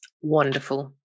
wonderful